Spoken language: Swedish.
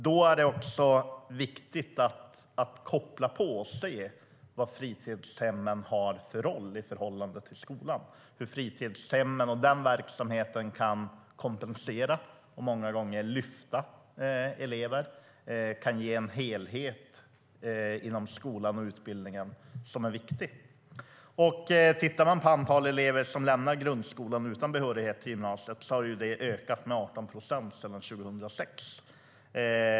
Då är det också viktigt att koppla till och se vilken roll fritidshemmen har i förhållande till skolan, hur fritidshemmen och den verksamheten kan kompensera och många gånger lyfta elever, kan ge en helhet inom skolan och utbildningen som är viktig. Antalet elever som lämnar grundskolan utan behörighet till gymnasiet har ökat med 18 procent sedan 2006.